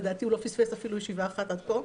לדעתי הוא לא פספס אפילו ישיבה אחת עד כה.